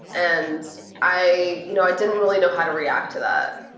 and i you know i didn't really know how to react to that.